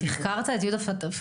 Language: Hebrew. אתה תחקרת את יהודה פחימה,